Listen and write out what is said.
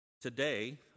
Today